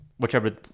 Whichever